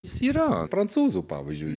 jis yra prancūzų pavyzdžiui